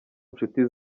nshuti